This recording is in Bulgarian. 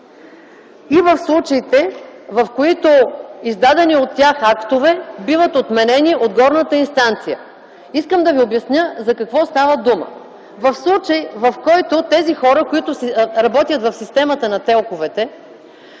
и в случаите, в които издадени от тях актове, биват отменени от горната инстанция. За какво става дума? В случаи, в който тези хора, които работят в системата на телковете,